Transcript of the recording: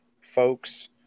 folks